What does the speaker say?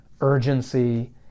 urgency